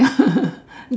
ya